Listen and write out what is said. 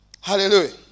Hallelujah